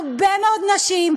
הרבה מאוד נשים,